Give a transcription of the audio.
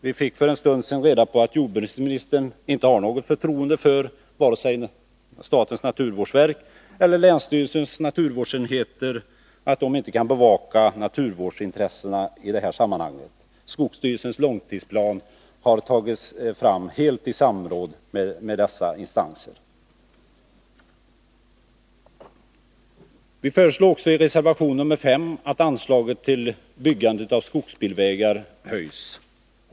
Vi fick för en stund sedan reda på att jordbruksministern inte har något förtroende för vare sig statens naturvårdsverk eller länsstyrelsernas naturvårdsenheter när det gäller att bevaka naturvårdsintressena i detta sammanhang. Skogsstyrelsens långtidsplan har dock tagits fram helt i samråd med dessa instanser. Vi föreslår också i reservation 5 att anslaget till byggande av skogsbilvägar höjs.